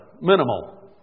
Minimal